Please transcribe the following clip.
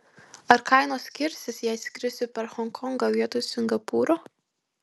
ar kainos skirsis jei skrisiu per honkongą vietoj singapūro